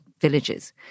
villages